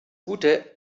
gute